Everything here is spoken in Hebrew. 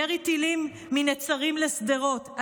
ירי טילים מנצרים לשדרות,